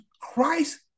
Christ